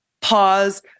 pause